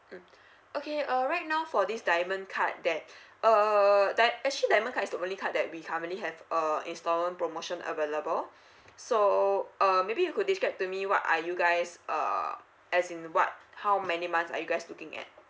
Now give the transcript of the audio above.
mm okay uh right now for this diamond card that err dia~ actually diamond card is the only card that we currently have uh installment promotion available so uh maybe you could describe to me what are you guys err as in what how many months are you guys looking at